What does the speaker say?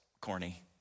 corny